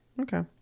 Okay